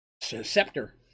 scepter